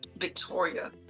Victoria